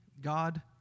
God